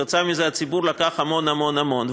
וכתוצאה מזה הציבור לקח המון המון המון,